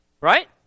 Right